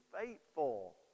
faithful